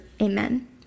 Amen